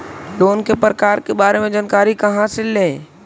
Loan के प्रकार के बारे मे जानकारी कहा से ले?